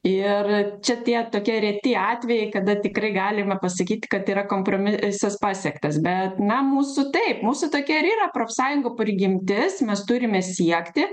ir čia tie tokie reti atvejai kada tikrai galime pasakyti kad tai yra kompromisas pasiektas bet na mūsų taip mūsų tokia ir yra profsąjungų prigimtis mes turime siekti